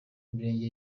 imirenge